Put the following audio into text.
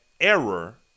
error